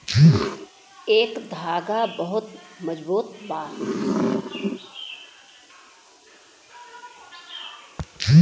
एकर धागा बहुते मजबूत बा